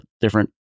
different